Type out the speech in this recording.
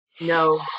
No